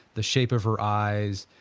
the shape of her eyes,